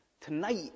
Tonight